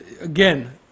Again